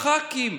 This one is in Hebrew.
שבעה ח"כים,